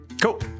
Cool